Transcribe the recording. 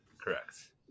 Correct